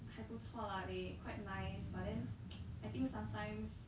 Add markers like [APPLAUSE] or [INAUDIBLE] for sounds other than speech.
还不错 lah they quite nice but then [NOISE] I think sometimes